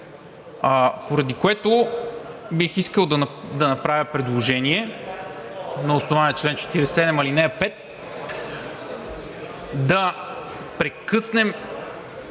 Поради което бих искал да направя предложение – на основание чл. 47, ал. 5 да прекъснем